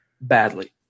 badly